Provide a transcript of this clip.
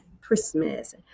Christmas